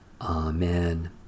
Amen